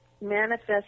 manifest